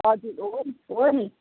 हजुर हो नि हो नि